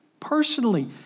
Personally